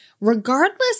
regardless